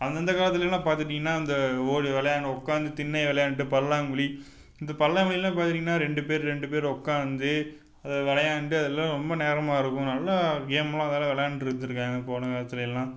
அந்த காலத்துலேலாம் பார்த்துக்கிட்டிங்கன்னா அந்த ஓடி விளையாண்டு உட்காந்து திண்ணையில் விளையாண்டுட்டு பல்லாங்குழி இந்த பல்லாங்குழிலாம் பார்த்துக்கிட்டிங்கன்னா ரெண்டு பேர் ரெண்டு பேர் உட்காந்து அதை விளையாண்டு அதெல்லாம் ரொம்ப நேரமாக இருக்கும் நல்லா கேம்லாம் அதை மாதிரி விளையாண்டு இருந்திருக்காங்க போன காலத்துலேலாம்